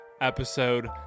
episode